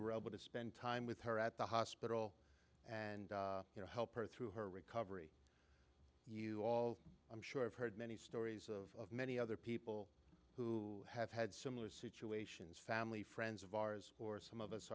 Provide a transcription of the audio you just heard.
were able to spend time with her at the hospital and you know help her through her recovery you all i'm sure i've heard many stories of many other people who have had similar situations family friends of ours or some of us